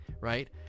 right